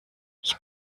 ich